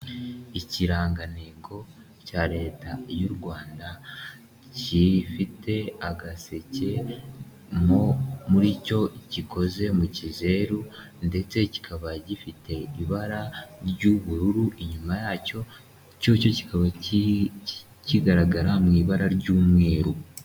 Ikirangantego cya Leta y'u Rwanda gifite agaseke mo muri cyo gikoze mu kizeru ndetse kikaba gifite ibara ry'ubururu inyuma yacyo, cyo kikaba kigaragara mu ibara ry'umweru.